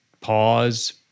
pause